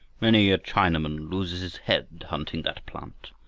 many a chinaman loses his head hunting that plant,